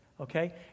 Okay